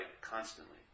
constantly